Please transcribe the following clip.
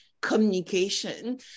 communication